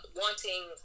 wanting